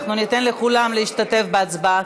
אנחנו ניתן לכולם להשתתף בהצבעה.